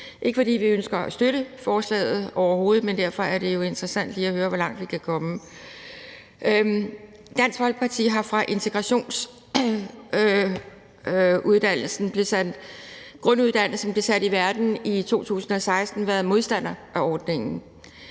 ikke, fordi vi ønsker at støtte forslaget, men derfor er det jo interessant lige at høre, hvor langt vi kan komme. Dansk Folkeparti har, fra integrationsgrunduddannelsen blev sat i verden i 2016, været modstandere af ordningen,